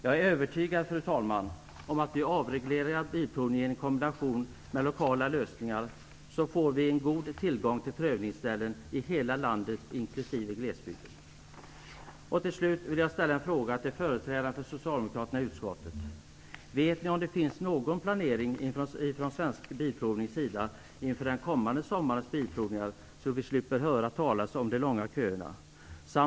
Jag är övertygad om att vi, om vi avreglerar bilprovningen i kombination med lokala lösningar, får en god tillgång till prövningsställen i hela landet inklusive glesbygden. Socialdemokraterna i utskottet. Vet ni om det finns någon planering ifrån Svensk Bilprovnings sida inför den kommande sommarens bilprovningar, så att vi slipper höra talas om de långa köerna?